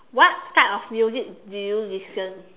what type of music do you listen